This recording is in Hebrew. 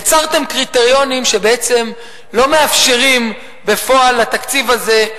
יצרתם קריטריונים שבעצם לא מאפשרים בפועל לתקציב הזה,